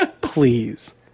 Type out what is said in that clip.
Please